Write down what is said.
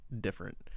different